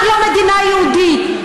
רק לא מדינה יהודית.